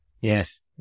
Yes